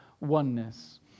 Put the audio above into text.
oneness